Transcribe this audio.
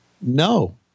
no